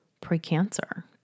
pre-cancer